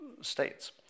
states